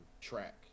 track